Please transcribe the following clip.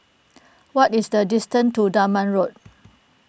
what is the distance to Dunman Road